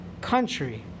country